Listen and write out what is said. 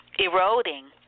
eroding